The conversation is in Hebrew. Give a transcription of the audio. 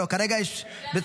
כרגע יש --- והמרכז.